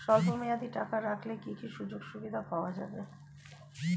স্বল্পমেয়াদী টাকা রাখলে কি কি সুযোগ সুবিধা পাওয়া যাবে?